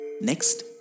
Next